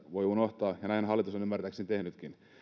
voi unohtaa ja näin hallitus on ymmärtääkseni tehnytkin